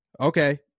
okay